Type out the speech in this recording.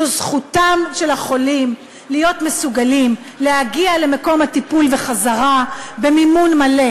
זו זכותם של החולים להיות מסוגלים להגיע למקום הטיפול וחזרה במימון מלא.